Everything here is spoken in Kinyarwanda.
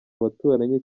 baturanyi